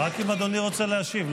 ראיתי את תרבות הדיון במושב הזה שנה וחצי.